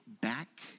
back